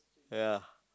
ya